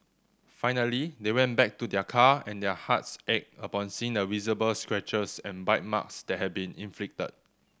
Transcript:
finally they went back to their car and their hearts ached upon seeing the visible scratches and bite marks that had been inflicted